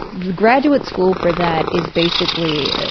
graduate school for that is basically